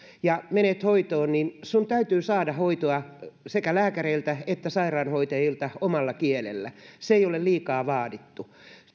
ja menet hoitoon niin sinun täytyy saada hoitoa sekä lääkäreiltä että sairaanhoitajilta omalla kielellä se ei ole liikaa vaadittu